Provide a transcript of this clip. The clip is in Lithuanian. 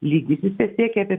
lygis jisai siekia apie